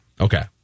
Okay